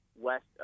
west